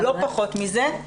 לא פחות מזה,